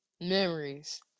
Memories